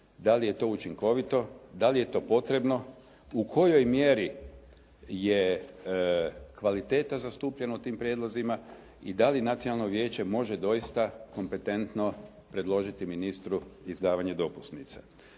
da li je to učinkovito, da li je to potrebno, u kojoj mjeri je kvaliteta zastupljena u tim prijedlozima i da li Nacionalno vijeće može doista kompetentno predložiti ministru izdavanje dopusnica.